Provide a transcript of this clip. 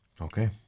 okay